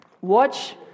Watch